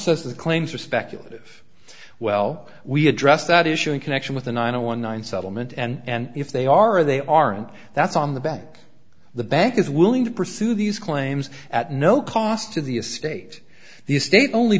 the claims are speculative well we address that issue in connection with the nine a one nine settlement and if they are they aren't that's on the back the bank is willing to pursue these claims at no cost to the estate the state only